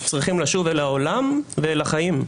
צריכים לשוב אל העולם ואל החיים,